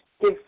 Give